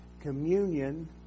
communion